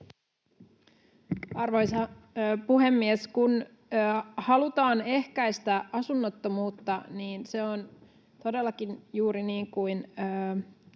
Arvoisa puhemies! Kun halutaan ehkäistä asunnottomuutta, niin se on todellakin juuri niin kuin